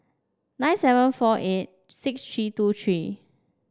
nine seven four eight six three two three